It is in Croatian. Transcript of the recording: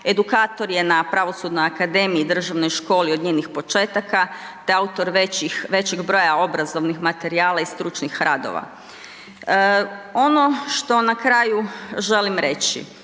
edukator je na Pravosudnoj akademiji Državnoj školi od njenih početaka te autor većih obrazovnih materijala i stručnih radova. Ono što na kraju želim reći